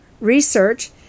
research